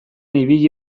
ibili